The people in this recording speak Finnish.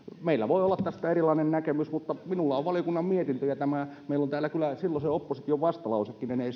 meillä voi olla tästä erilainen näkemys mutta minulla on valiokunnan mietintö ja meillä on täällä kyllä silloisen opposition vastalausekin en